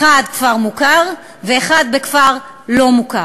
אחד בכפר מוכר ואחד בכפר לא-מוכר.